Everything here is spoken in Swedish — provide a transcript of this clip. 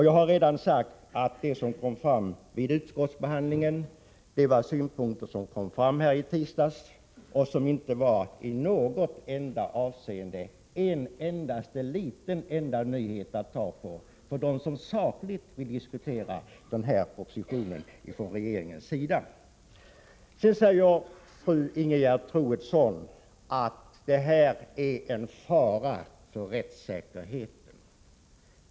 Jag har redan sagt att det som kom fram vid utskottsbehandlingen var samma synpunkter som kom fram i tisdags, och de gav inte i något avseende en enda liten detalj att ta fasta på för dem som sakligt vill diskutera den här regeringspropositionen. Sedan säger fru Ingegerd Troedsson att detta förslag är en fara för rättssäkerheten.